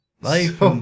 life